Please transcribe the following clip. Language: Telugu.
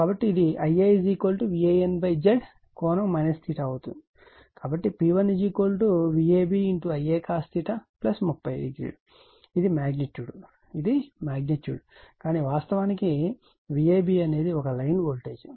కాబట్టి P1 Vab Ia cos 30 ఇది మాగ్నిట్యూడ్ ఇది మాగ్నిట్యూడ్ కానీ వాస్తవానికి Vab అనేది ఒక లైన్ వోల్టేజ్